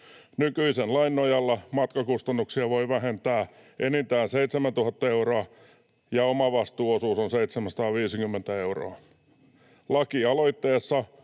Nykyisen lain nojalla matkakustannuksia voi vähentää enintään 7 000 euroa, ja omavastuuosuus on 750 euroa. Lakialoitteessa